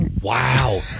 Wow